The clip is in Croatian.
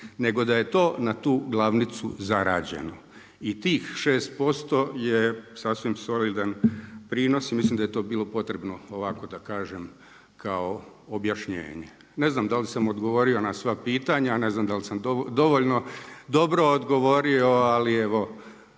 nego da je to na tu glavnicu zarađeno i tih 6% je sasvim solidan prinos i mislim da je to bilo potrebno ovako da kažem kao objašnjenje. Ne znam da li sam odgovorio na sva pitanja, ne znam da li sam dovoljno dobro odgovorio, ali evo